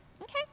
Okay